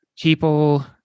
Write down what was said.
people